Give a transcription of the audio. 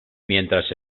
mientras